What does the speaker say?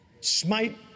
Smite